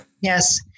Yes